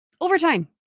Overtime